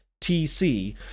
TC